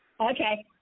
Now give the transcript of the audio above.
Okay